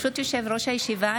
ברשות יושב-ראש הישיבה,